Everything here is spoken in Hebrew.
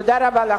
תודה רבה לכם.